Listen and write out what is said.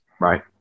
Right